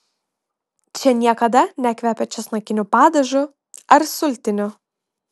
čia niekada nekvepia česnakiniu padažu ar sultiniu